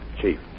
Chief